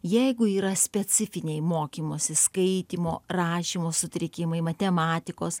jeigu yra specifiniai mokymosi skaitymo rašymo sutrikimai matematikos